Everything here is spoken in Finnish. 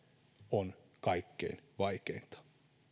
on kaikkein vaikeinta